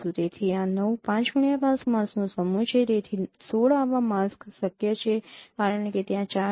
તેથી આ ૯ 5x5 માસ્કનો સમૂહ છે તેથી ૧૬ આવા માસ્ક શક્ય છે કારણ કે ત્યાં ચાર છે